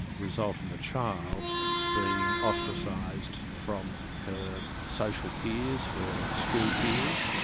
result in the child being ostracized from her social peers, her school peers,